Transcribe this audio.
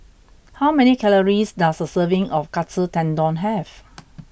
how many calories does a serving of Katsu Tendon have